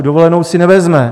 Tu dovolenou si nevezme.